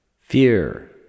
fear